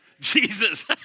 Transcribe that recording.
Jesus